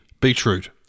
beetroot